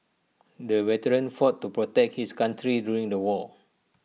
the veteran fought to protect his country during the war